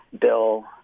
bill